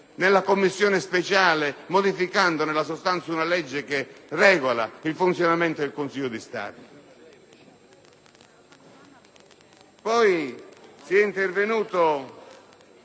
nella commissione speciale, modificando nella sostanza una legge che regola il funzionamento del Consiglio di Stato! Conosciamo tutto